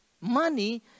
money